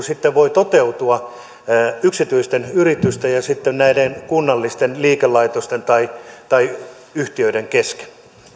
sitten voi toteutua yksityisten yritysten ja näiden kunnallisten liikelaitosten tai tai yhtiöiden kesken